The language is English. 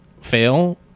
fail